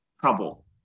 trouble